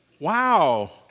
Wow